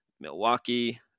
milwaukee